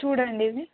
చూడండి ఇవి